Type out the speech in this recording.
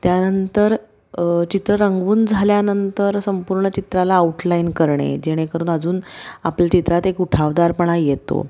त्यानंतर चित्र रंगवून झाल्यानंतर संपूर्ण चित्राला आऊटलाईन करणे जेणेकरून अजून आपल्या चित्रात एक उठावदारपणा येतो